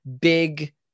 big